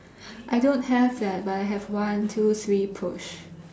I don't have that but I have one two three push